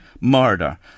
murder